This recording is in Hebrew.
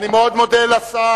אני מאוד מודה לשר,